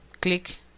click